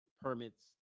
permits